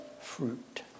fruit